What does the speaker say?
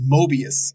Mobius